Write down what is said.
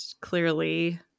clearly